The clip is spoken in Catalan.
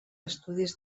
estudis